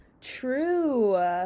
True